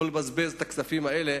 לא לבזבז את הכספים האלה,